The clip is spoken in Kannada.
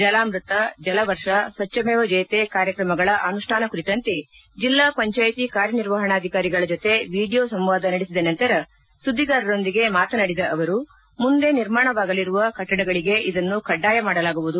ಜಲಾಮೃತ ಜಲವರ್ಷ ಸ್ವಜ್ವಮೇವ ಜಯತೆ ಕಾರ್ಯಕ್ರಮಗಳ ಅನುಷ್ಠಾನ ಕುರಿತಂತೆ ಜಿಲ್ಲಾ ಪಂಚಾಯಿತಿ ಕಾರ್ಯನಿರ್ವಹಣಾಧಿಕಾರಿಗಳ ಜೊತೆ ವಿಡಿಯೋ ಸಂವಾದ ನಡೆಸಿದ ನಂತರ ಸುದ್ದಿಗಾರರೊಂದಿಗೆ ಮಾತನಾಡಿದ ಅವರು ಮುಂದೆ ನಿರ್ಮಾಣವಾಗಲಿರುವ ಕಟ್ಟಡಗಳಿಗೆ ಇದನ್ನು ಕಡ್ಡಾಯ ಮಾಡಲಾಗುವುದು